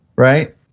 Right